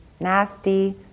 nasty